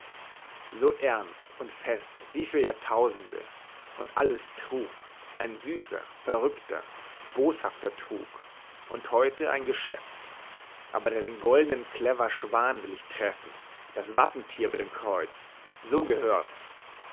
so ernst und fest wie für jahrtausende und alles trug ein süßer verrückter boshafter trug und heute ein geschäft aber deinen goldenen clever schwan will ich treffen das wappentier über dem kreuz so gehört's